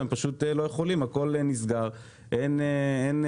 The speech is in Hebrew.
הם פשוט לא יכולים כי הכל נסגר ואין לקוחות.